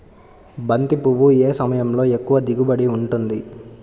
బంతి పువ్వు ఏ సమయంలో ఎక్కువ దిగుబడి ఉంటుంది?